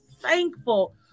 thankful